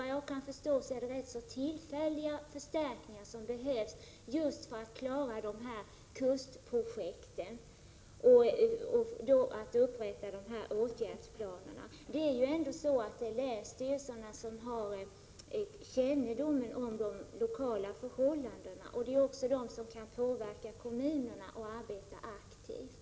Såvitt jag förstår är det tillfälliga förstärkningar som behövs för att klara just kustprojekten och för att upprätta åtgärdsplanerna. Det är ändå länsstyrelserna som har kännedom om de lokala förhållandena och som kan påverka kommunerna att arbeta aktivt.